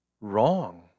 wrong